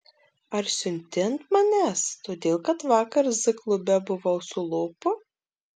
ar siunti ant manęs todėl kad vakar z klube buvau su lopu